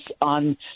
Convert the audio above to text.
on